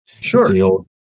sure